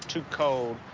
too cold.